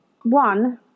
One